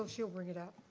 she'll bring it up?